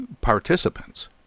participants